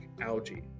algae